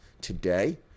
today